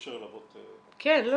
אי אפשר ללוות -- ברור,